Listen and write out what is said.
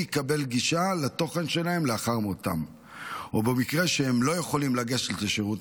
יקבל גישה לתוכן שלהם לאחר מותם או במקרה שהם לא יכולים לגשת לשירות.